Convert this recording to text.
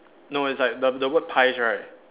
no it's like the the word pies right